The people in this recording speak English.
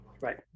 Right